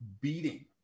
beating